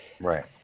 Right